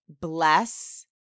bless